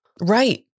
right